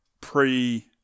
pre